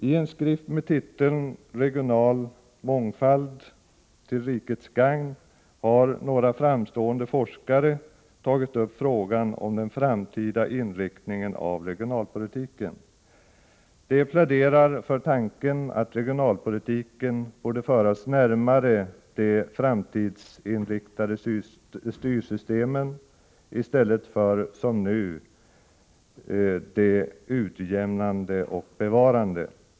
I en skrift med titeln Regional mångfald till rikets gagn har några framstående forskare tagit upp frågan om den framtida inriktningen av regionalpolitiken. De pläderar för tanken att regionalpolitiken borde föras närmare de framtidsinriktade styrsystemen i stället för, som nu, de utjämnande och bevarande.